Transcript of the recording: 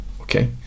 okay